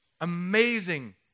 amazing